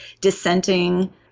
dissenting